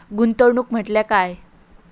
गुंतवणूक म्हटल्या काय?